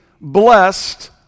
blessed